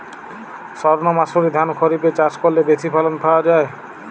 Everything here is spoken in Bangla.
সর্ণমাসুরি ধান খরিপে চাষ করলে বেশি ফলন পাওয়া যায়?